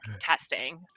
testing